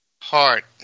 heart